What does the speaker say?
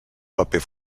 paper